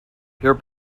your